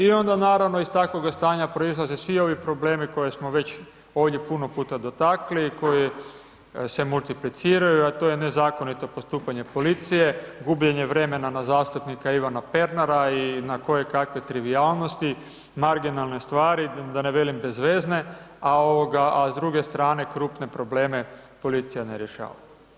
I onda naravno iz takvoga stanja proizlaze svi ovi problemi koje smo već ovdje puno puta dotakli, koji se multipliciraju a to je nezakonito postupanje policije, gubljenje vremena na zastupnika Ivana Pernara i na kojekakve trivijalnosti, marginalne stvari, da ne velim bezvezne a s druge strane krupne probleme policija ne rješava.